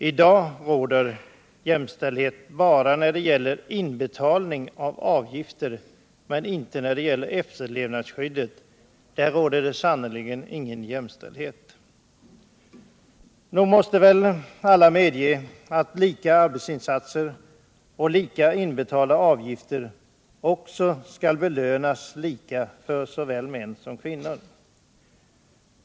I dag råder jämställdhet bara när det gäller inbetalningen av avgiften men sannerligen inte när det gäller efterlevandeskyddet. Nog måste väl alla medge att lika arbetsinsatser mot lika avgifter också skall belönas lika för män och kvinnor.